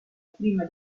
prima